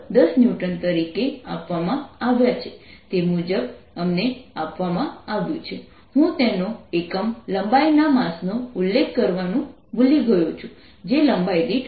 T10 N તરીકે આપવામાં આવ્યા છે તે મુજબ અમને આપવામાં આવ્યું છે હું તેનો એકમ લંબાઈના માસનો ઉલ્લેખ કરવાનું ભૂલી ગયો છું જે લંબાઈ દીઠ 0